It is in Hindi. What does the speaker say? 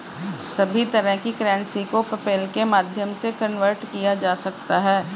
सभी तरह की करेंसी को पेपल्के माध्यम से कन्वर्ट किया जा सकता है